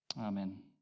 Amen